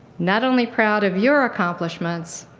not only proud of your accomplishments,